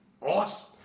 awesome